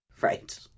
Right